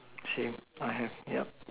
same I have yup